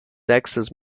texas